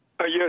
Yes